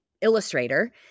illustrator